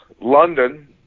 london